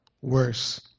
worse